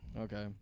Okay